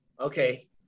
okay